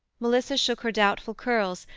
melissa shook her doubtful curls,